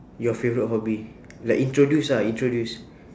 your favourite hobby like introduce ah introduce